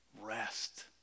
rest